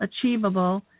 achievable